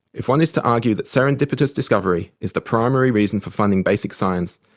if one is to argue that serendipitous discovery is the primary reason for funding basic science,